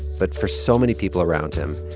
but for so many people around him.